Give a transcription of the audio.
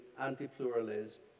anti-pluralism